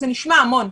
זה נשמע המון.